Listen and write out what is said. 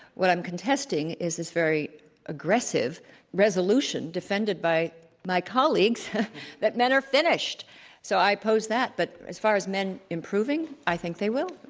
what i'm contesting is this very aggressive, dramatic resolution, defended by my colleagues that men are finished. so i pose that. but as far as men improving, i think they will.